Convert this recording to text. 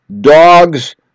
dogs